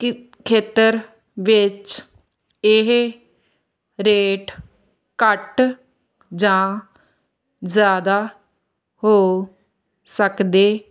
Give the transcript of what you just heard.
ਖੇਤਰ ਵਿੱਚ ਇਹ ਰੇਟ ਘੱਟ ਜਾਂ ਜ਼ਿਆਦਾ ਹੋ ਸਕਦੇ